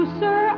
sir